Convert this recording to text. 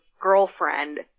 girlfriend